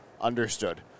Understood